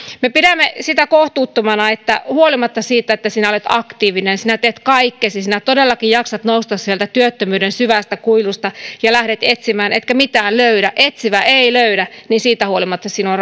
me pidämme sitä kohtuuttomana että huolimatta siitä että olet aktiivinen ja teet kaikkesi ja todellakin jaksat nousta sieltä työttömyyden syvästä kuilusta ja lähdet etsimään etkä mitään löydä etsivä ei löydä siitä huolimatta sinua